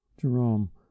Jerome